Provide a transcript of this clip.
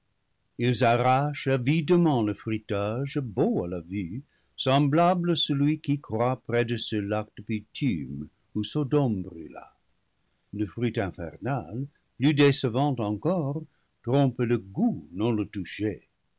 ils arrachent avidement le fruitage beau à la vue semblable à celui qui croit près de ce lac de bitume où sodome brûla le fruit infernal plus décevant encore trompe le goût non le toucher